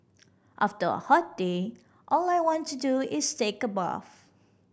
after a hot day all I want to do is take a bath